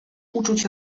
uczuć